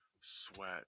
sweat